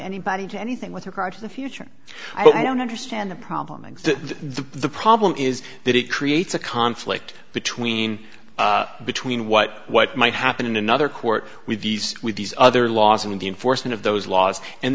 anybody to anything with regard to the future i don't understand the problem and the problem is that it creates a conflict between between what what might happen in another court with these with these other laws and the enforcement of those laws and